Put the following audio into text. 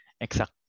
exact